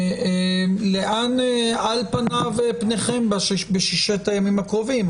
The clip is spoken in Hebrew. לאן פניכם בששת הימים הקרובים?